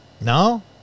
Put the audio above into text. No